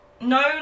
no